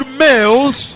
males